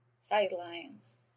sidelines